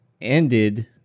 ended